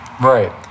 Right